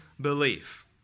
belief